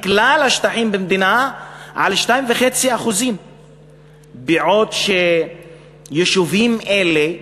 מכלל השטחים במדינה רק על 2.5%. ויישובים אלה,